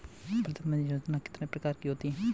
प्रधानमंत्री योजना कितने प्रकार की होती है?